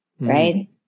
right